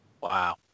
Wow